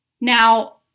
Now